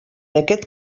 aquest